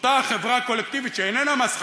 אותה החברה הקולקטיבית שאיננה מס חברות.